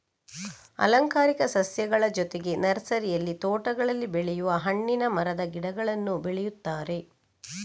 ಅಲಂಕಾರಿಕ ಸಸ್ಯಗಳ ಜೊತೆಗೆ ನರ್ಸರಿಯಲ್ಲಿ ತೋಟಗಳಲ್ಲಿ ಬೆಳೆಯುವ ಹಣ್ಣಿನ ಮರದ ಗಿಡಗಳನ್ನೂ ಬೆಳೆಯುತ್ತಾರೆ